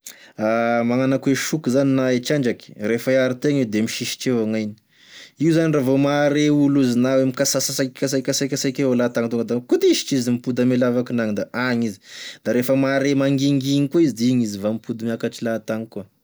Magnano akoa e soky zany na e trandraky refa hiaro tena izy da misisitry evao gn'hainy io zany raha vao mahare olo izy na mikasasasaiky mikasaikasaiky evo latagny tonga da mikodisitry izy mipody ame lavakinagny da agny izy da refa mahare mangingy igny koa izy da mipody miakatry latagny koa.